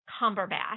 Cumberbatch